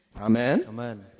Amen